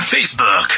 Facebook